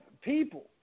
people